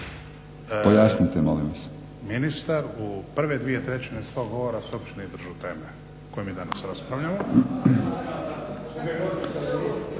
Pojasnite molim